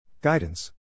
Guidance